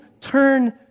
turn